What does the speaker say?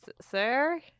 Sir